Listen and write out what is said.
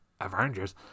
Avengers